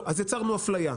אלא שגם בזה יצרנו הפליה,